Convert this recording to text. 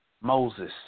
Moses